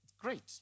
Great